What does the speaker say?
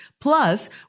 plus